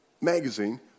Magazine